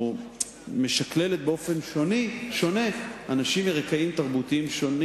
משקללת באופן שונה אנשים מרקעים תרבותיים שונים